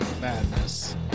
madness